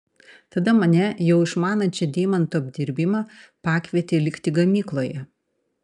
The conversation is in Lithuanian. tada mane jau išmanančią deimantų apdirbimą pakvietė likti gamykloje